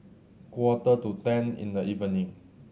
quarter to ten in the evening